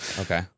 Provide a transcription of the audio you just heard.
Okay